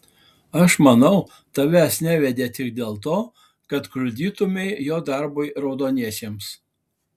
aš manau tavęs nevedė tik dėl to kad kliudytumei jo darbui raudoniesiems